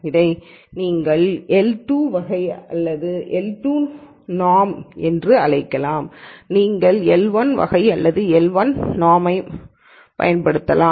இதை நீங்கள் எல் 2 வகை அல்லது எல் 2 நெறி என அழைக்கலாம் நீங்கள் எல் 1 வகை அல்லது எல் 1 விதிமுறை என்றும் அழைக்கலாம்